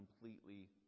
completely